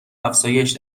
افزایش